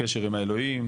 הקשר עם האלוהים,